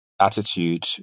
attitude